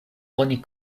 oni